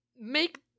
make